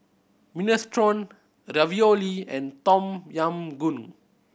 Minestrone Ravioli and Tom Yam Goong